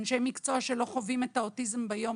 אנשי מקצוע שלא חווים את האוטיזם ביום